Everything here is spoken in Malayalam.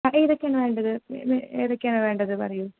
അത് ഏതൊക്കെയാണ് വേണ്ടത് ഏതൊക്കെയാണ് വേണ്ടത് പറയൂ